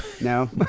no